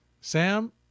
Sam